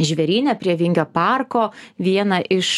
žvėryne prie vingio parko vieną iš